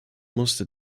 musste